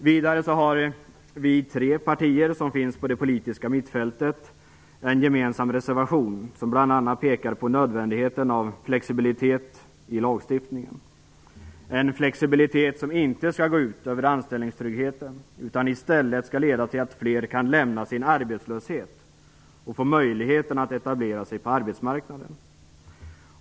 Vidare har de tre partier som finns på det politiska mittfältet en gemensam reservation, där vi bl.a. pekar på nödvändigheten av flexibilitet i lagstiftningen, en flexibilitet som inte skall gå ut över anställningstryggheten utan i stället skall leda till att fler kan lämna sin arbetslöshet och få möjlighet att etablera sig på arbetsmarknaden.